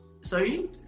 Sorry